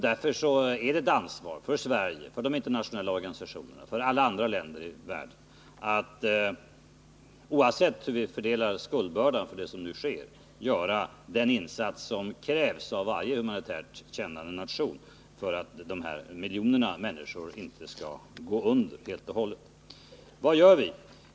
Därför är det ett ansvar för Sverige, för de internationella organisationerna och alla andra länder i världen att, oavsett hur vi fördelar skuldbördan för det som nu sker, göra den insats som krävs av varje humanitärt kännande nation för att de här miljonerna människor inte skall gå under. Vad gör vi?